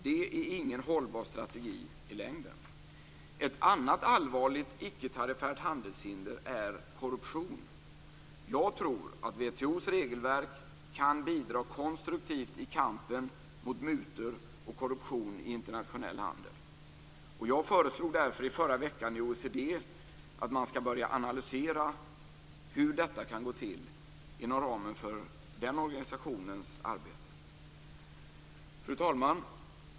Det är ingen hållbar strategi i längden. Ett annat allvarligt icke-tariffärt handelshinder är korruption. Jag tror att WTO:s regelverk konstruktivt kan bidra i kampen mot mutor och korruption i internationell handel. Jag föreslog därför i förra vecka i OECD att man skall börja analysera hur detta kan gå till inom ramen för den organisationens arbete. Fru talman!